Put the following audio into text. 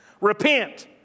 Repent